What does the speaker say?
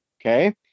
Okay